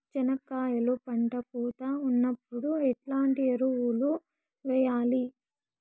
చెనక్కాయలు పంట పూత ఉన్నప్పుడు ఎట్లాంటి ఎరువులు వేయలి?